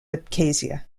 abkhazia